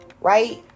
Right